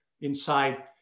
inside